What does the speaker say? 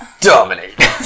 Dominate